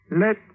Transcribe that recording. Let